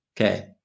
Okay